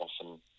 often